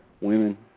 women